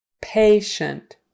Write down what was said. Patient